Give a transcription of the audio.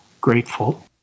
grateful